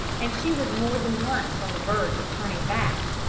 and she was more than once on the verge of turning back,